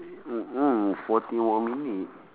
forty more minutes